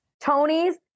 Tony's